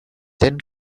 then